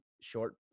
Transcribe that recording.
short